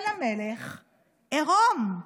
אבל המלך עירום.